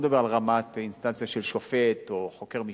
לא מדובר על אינסטנציה של שופט או חוקר משטרה.